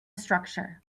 structure